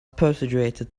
persuaded